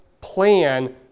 plan